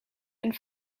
and